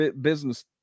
business